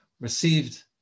received